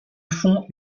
fond